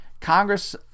Congress